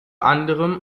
anderem